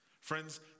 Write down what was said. Friends